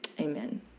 Amen